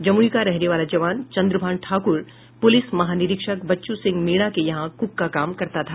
जम्ई का रहने वाला जवान चंद्रभाण ठाक्र प्रलिस महानिरीक्षक बच्चू सिंह मीणा के यहां कुक का काम करता था